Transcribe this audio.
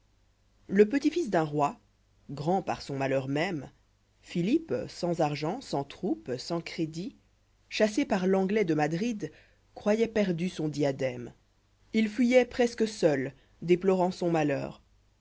le pétit fiïs d'un roi grand par son malheur même philippe sans argent sans troupes sànscrédit chassé par l'angloisde madrid croyôh perdu son diadème il fuyoit'presque seul déplorant son malheur